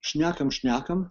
šnekam šnekam